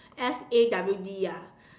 S_A_W_D ah